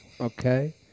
Okay